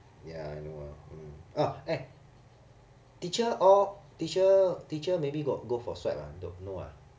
ya I know mm orh eh teacher all teacher teacher maybe got go for swab ah no no ah